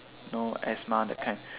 no asthma that kind